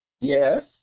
Yes